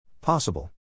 Possible